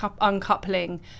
uncoupling